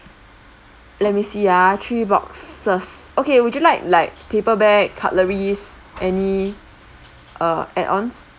let me see ah three boxes okay would you like like paperback cutleries any err add ons